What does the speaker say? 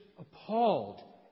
appalled